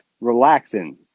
relaxing